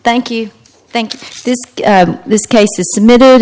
thank you thank you this case is submitted